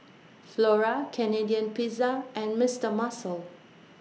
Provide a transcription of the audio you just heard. Flora Canadian Pizza and Mister Muscle